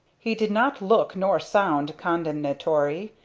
he did not look nor sound condemnatory,